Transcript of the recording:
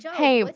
yeah hey, but